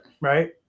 Right